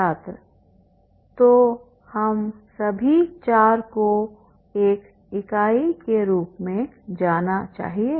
छात्र तो हम सभी ४ को एक इकाई के रूप में जाना चाहिए